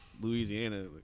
Louisiana